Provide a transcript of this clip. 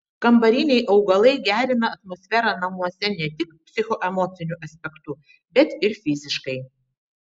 kambariniai augalai gerina atmosferą namuose ne tik psichoemociniu aspektu bet ir fiziškai